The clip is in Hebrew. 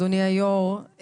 אדוני היו"ר,